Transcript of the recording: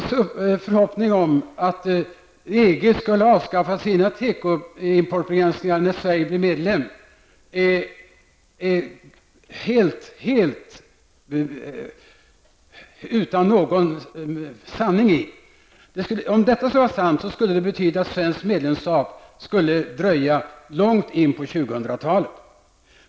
Sverige blir medlem är helt utan någon verklighetsförankring. Om det skulle vara sant, skulle det betyda att svenskt medlemskap skulle dröja långt in på 2000-talet.